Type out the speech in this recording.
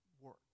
work